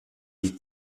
die